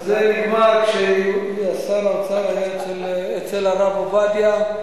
זה נגמר כששר האוצר היה אצל הרב עובדיה,